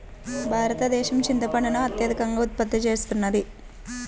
భారతదేశం చింతపండును అత్యధికంగా ఉత్పత్తి చేస్తున్నది